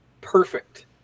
Perfect